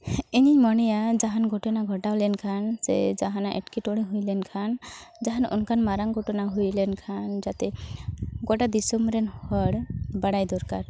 ᱤᱧᱤᱧ ᱢᱚᱱᱮᱭᱟ ᱡᱟᱦᱟᱱ ᱜᱷᱚᱴᱚᱱᱟ ᱜᱷᱚᱴᱟᱣ ᱞᱮᱱᱠᱷᱟᱱ ᱥᱮ ᱡᱟᱦᱟᱱᱟᱜ ᱮᱴᱠᱮᱴᱚᱬᱮ ᱦᱩᱭᱞᱮᱱ ᱠᱷᱟᱱ ᱡᱟᱦᱟᱱ ᱚᱱᱠᱟᱱ ᱢᱟᱨᱟᱝ ᱜᱷᱚᱴᱚᱱᱟ ᱦᱩᱭᱞᱮᱱ ᱠᱷᱟᱱ ᱡᱟᱛᱮ ᱜᱚᱴᱟ ᱫᱤᱥᱚᱢᱨᱮᱱ ᱦᱚᱲ ᱵᱟᱲᱟᱭ ᱫᱚᱨᱠᱟᱨ